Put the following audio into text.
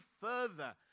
further